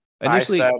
initially